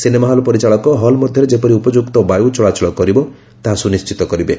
cinema hall ପରିଚାଳକ hall ମଧ୍ୟରେ ଯେପରି ଉପଯୁକ୍ତ ବାୟୁ ଚଳାଚଳ କରିବ ତାହା ସୁନିଣ୍ଟିତ କରିବେ